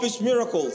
miracles